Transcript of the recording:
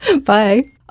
Bye